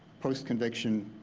post conviction